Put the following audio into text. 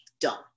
Done